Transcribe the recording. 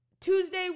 Tuesday